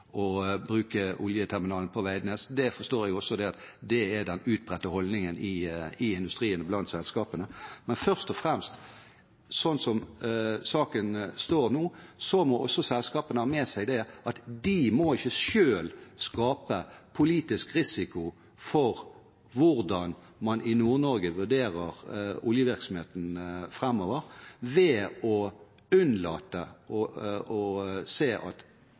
den utbredte holdningen i industrien og blant selskapene. Men først og fremst: Sånn som saken står nå, må selskapene ha med seg at de ikke selv må skape politisk uro rundt hvordan man i Nord-Norge vurderer oljevirksomheten framover, ved å unnlate å se at